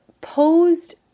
posed